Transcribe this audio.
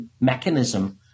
mechanism